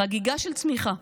חגיגה של צמיחה.